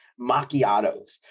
macchiatos